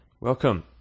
Welcome